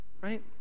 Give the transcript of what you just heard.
Right